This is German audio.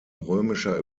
römischer